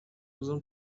بازم